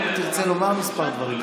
האם תרצה לומר כמה דברים?